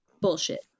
Bullshit